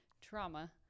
trauma